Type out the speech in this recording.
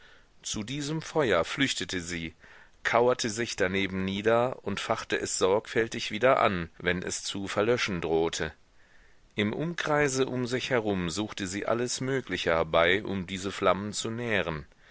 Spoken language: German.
zu diesem feuer flüchtete sie kauerte sich daneben nieder und fachte es sorgfältig wieder an wenn es zu verlöschen drohte im umkreise um sich herum suchte sie alles mögliche herbei um diese flammen zu nähren